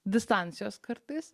distancijos kartais